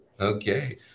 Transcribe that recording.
Okay